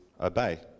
obey